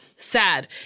Sad